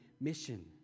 mission